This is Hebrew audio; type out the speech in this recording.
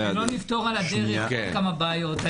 שלא נפתור על הדרך עוד כמה בעיות.